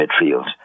midfield